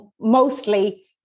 mostly